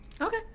Okay